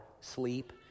sleep